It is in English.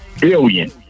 billion